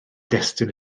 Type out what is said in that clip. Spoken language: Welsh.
destun